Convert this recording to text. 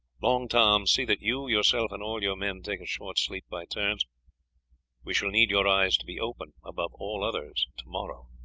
long tom, see that you yourself and all your men take a short sleep by turns we shall need your eyes to be open above all others to-morrow.